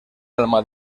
alma